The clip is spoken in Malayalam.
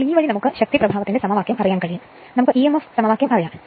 അതിനാൽ ഈ വഴി നമുക്ക് ശക്തിപ്രഭാവത്തിന്റെ സമവാക്യം അറിയാൻ കഴിയും നമുക്ക് emf സമവാക്യം അറിയാം